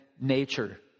nature